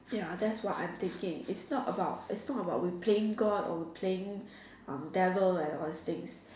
ya that's what I'm thinking it's not about it's not about we are playing god or we playing um devil and all those things